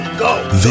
go